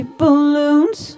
balloons